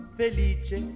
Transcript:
felice